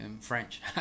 French